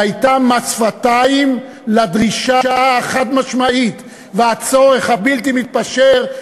שהייתה מס שפתיים לדרישה החד-משמעית והצורך הבלתי-מתפשר,